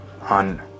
On